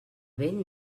vent